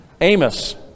Amos